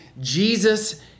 Jesus